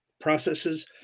processes